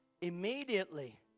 Immediately